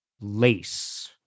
lace